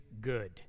good